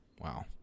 wow